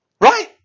Right